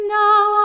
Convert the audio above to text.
now